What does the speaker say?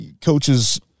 coaches